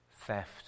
theft